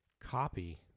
copy